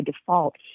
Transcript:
default